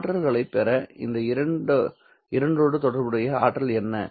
ஆற்றல்களைப் பெற இந்த இரண்டோடு தொடர்புடைய ஆற்றல் என்ன